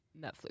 Netflix